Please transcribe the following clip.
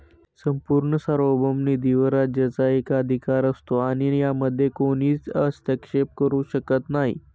संपूर्ण सार्वभौम निधीवर राज्याचा एकाधिकार असतो आणि यामध्ये कोणीच हस्तक्षेप करू शकत नाही